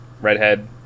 redhead